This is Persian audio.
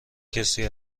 کسی